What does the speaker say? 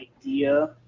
idea